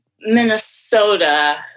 Minnesota